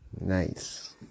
nice